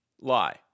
lie